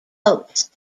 votes